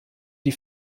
die